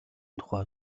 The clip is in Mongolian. тухай